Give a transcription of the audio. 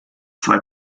zwei